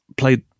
Played